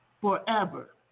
Forever